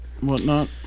whatnot